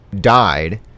died